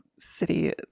city